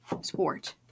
sport